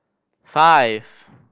five